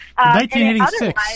1986